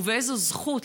ובאיזו זכות?